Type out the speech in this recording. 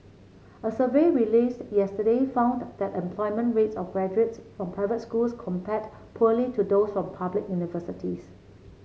a survey released yesterday found that employment rates of graduates from private schools compared poorly to those from public universities